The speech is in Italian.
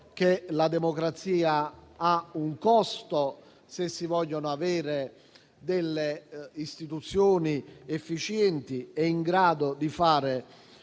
che la democrazia ha un costo, se si vogliono avere istituzioni efficienti e in grado di fare